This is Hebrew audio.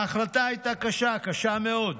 ההחלטה הייתה קשה, קשה מאוד.